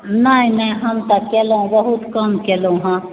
नहि नहि हम तऽ कएलहुॅं बहुत कम कएलहुॅं हँ